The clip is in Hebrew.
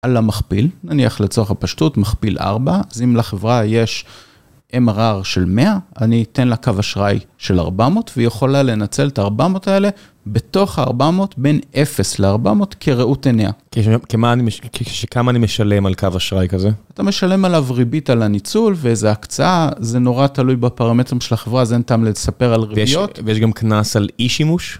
על המכפיל, נניח לצורך הפשטות מכפיל 4, אז אם לחברה יש MRR של 100, אני אתן לה קו אשראי של 400, והיא יכולה לנצל את ה-400 האלה בתוך ה-400, בין 0 ל-400 כראות עיניה. כמה אני משלם על קו אשראי כזה? אתה משלם עליו ריבית על הניצול ואיזה הקצאה, זה נורא תלוי בפרמטרים של החברה, אז אין טעם לספר על ריביות. ויש גם קנס על אי-שימוש?